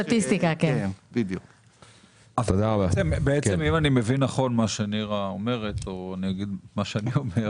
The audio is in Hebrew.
אם אני מבין נכון, מופיעה שורה ובה נאמר: